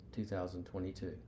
2022